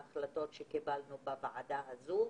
אחר ההחלטות שקיבלנו בוועדה הזאת,